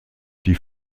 die